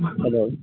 hello